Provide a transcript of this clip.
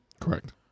Correct